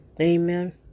Amen